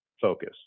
focus